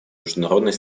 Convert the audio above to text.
международной